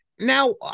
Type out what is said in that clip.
Now